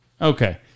Okay